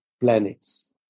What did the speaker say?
planets